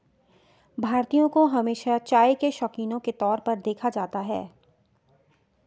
भारतीयों को हमेशा चाय के शौकिनों के तौर पर देखा जाता है